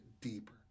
deeper